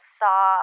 saw